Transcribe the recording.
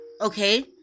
Okay